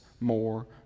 more